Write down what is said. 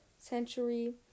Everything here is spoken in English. century